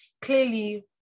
clearly